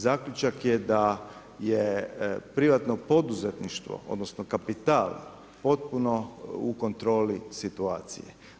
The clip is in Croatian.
Zaključak je da je privatno poduzetništvo, odnosno, kapital potpuno u kontroli situacije.